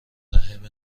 رحم